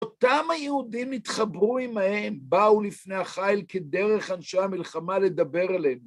אותם היהודים נתחברו עמהם, באו לפני החיל כדרך אנשי המלחמה לדבר עליהם.